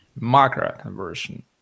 macro-conversion